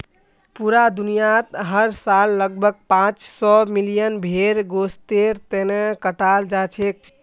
पूरा दुनियात हर साल लगभग पांच सौ मिलियन भेड़ गोस्तेर तने कटाल जाछेक